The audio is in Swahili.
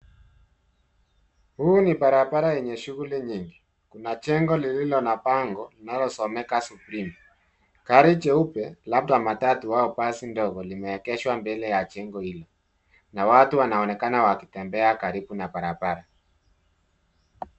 Huu ni barabara lenye shughuli nyingi. Kuna jengo lililo na bango linalosomeka Supreme . Gari jeupe labda matatu au basi ndogo limeegeshwa juu ya jengo hilo na watu wanaonekana wakitembea karibu na barabara.